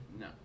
No